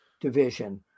division